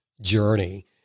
journey